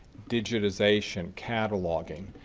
digitization, cataloging.